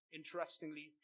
interestingly